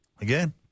Again